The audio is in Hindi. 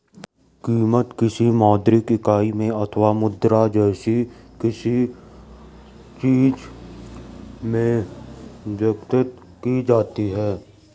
कीमत, किसी मौद्रिक इकाई में अथवा मुद्रा जैसी किसी चीज में व्यक्त की जाती है